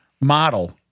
model